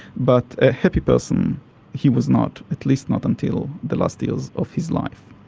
but a happy person he was not at least, not until the last years of his life.